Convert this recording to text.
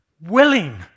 willing